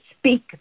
speak